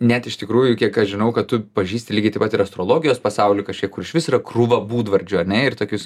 net iš tikrųjų kiek aš žinau kad tu pažįsti lygiai taip pat ir astrologijos pasaulį kažkiek kur išvis yra krūva būdvardžių ar ne ir tokius